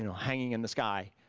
you know hanging in the sky.